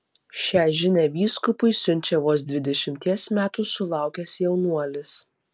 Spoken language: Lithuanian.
šią žinią vyskupui siunčia vos dvidešimties metų sulaukęs jaunuolis